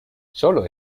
sólo